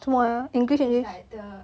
is like the